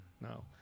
No